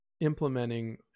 implementing